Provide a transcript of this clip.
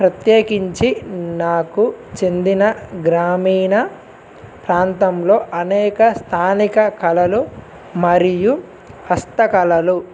ప్రత్యేకించి నాకు చెందిన గ్రామీణ ప్రాంతంలో అనేక స్థానిక కళలు మరియు హస్తకళలు